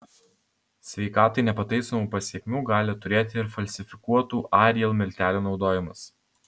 sveikatai nepataisomų pasekmių gali turėti ir falsifikuotų ariel miltelių naudojimas